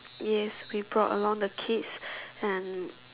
yes we brought along the kids and